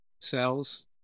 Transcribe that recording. cells